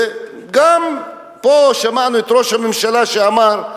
וגם פה שמענו את ראש הממשלה שאמר: